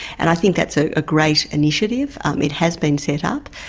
and i think that's a great initiative. um it has been set up.